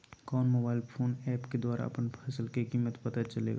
कौन mobile phone app के द्वारा अपन फसल के कीमत पता चलेगा?